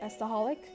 Estaholic